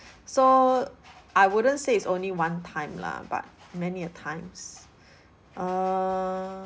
so I wouldn't say it's only one time lah but many a times err